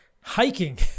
hiking